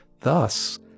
Thus